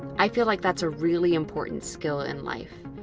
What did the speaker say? i feel like that's a really important skill in life.